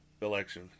...election